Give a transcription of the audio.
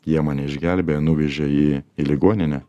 jie mane išgelbėjo nuvežė į į ligoninę